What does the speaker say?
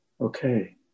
Okay